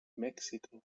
mexico